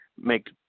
make